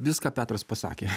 viską petras pasakė